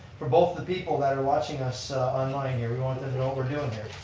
for both the people that are watching us online here. we want them to know what we're doing here.